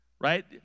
right